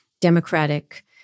democratic